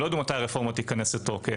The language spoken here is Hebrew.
לא ידעו מתי הרפורמה תיכנס לתוקף.